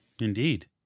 Indeed